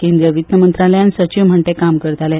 केंद्रीय वित्त मंत्रालयांत सचीव म्हणून ते काम करताले